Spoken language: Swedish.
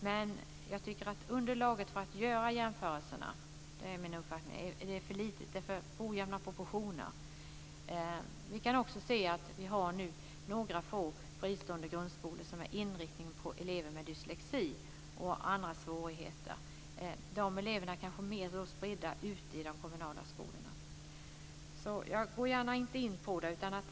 Men det är min uppfattning att underlaget för att göra jämförelser är för litet. Det är för ojämna proportioner. Vi har nu också några få fristående grundskolor som är inriktade på elever med dyslexi och andra svårigheter. De eleverna kanske är mer spridda ute i de kommunala skolorna. Jag går inte gärna in på det.